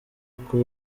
uko